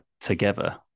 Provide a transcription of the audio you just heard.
together